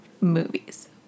movies